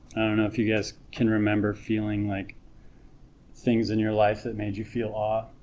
know if you guys can remember feeling like things in your life that made you feel awe,